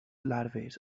larves